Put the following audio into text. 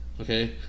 okay